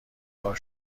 بار